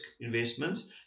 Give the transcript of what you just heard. investments